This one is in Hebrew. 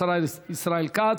השר ישראל כץ.